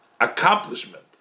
accomplishment